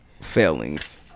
failings